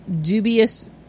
dubious